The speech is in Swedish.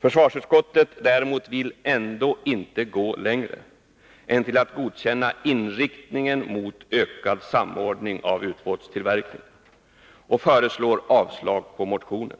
Försvarsutskottet däremot vill ändå inte gå längre än till att godkänna inriktningen mot ökad samordning av ubåtstillverkningen på sikt och föreslår avslag på motionen.